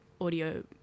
audio